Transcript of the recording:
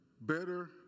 better